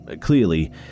Clearly